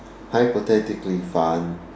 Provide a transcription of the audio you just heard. hypothetically fun